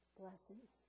blessings